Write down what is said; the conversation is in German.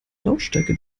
lautstärke